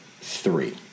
three